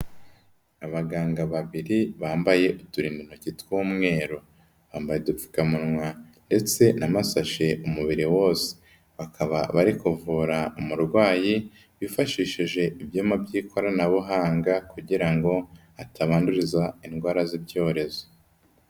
Abaganga babiri bambaye uturintoki tw'umweru bambaye udupfukamunwa ndetse na masashe umubiri wose bakaba bari kuvura umurwayi bifashishije ibyuma by'ikoranabuhanga kugira ngo atabanduriza indwara z'ibyorezo.